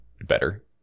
better